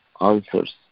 answers